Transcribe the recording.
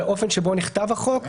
לאופן שבו נכתב החוק,